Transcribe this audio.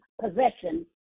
possession